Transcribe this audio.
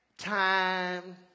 Time